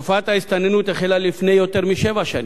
תופעת ההסתננות התחילה לפני יותר משבע שנים,